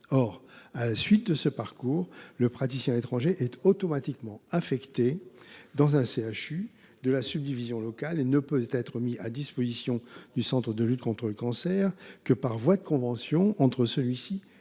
Or, à la suite de ce parcours, le praticien étranger est automatiquement affecté dans le CHU de la subdivision locale et ne peut être mis à disposition d’un CLCC que par voie de convention entre celui ci et le